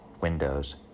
windows